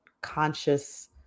conscious